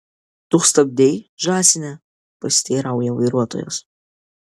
tu stabdei žąsine pasiteirauja vairuotojas